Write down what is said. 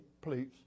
please